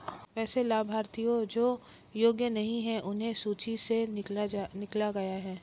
वैसे लाभार्थियों जो योग्य नहीं हैं उन्हें सूची से निकला गया है